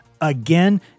again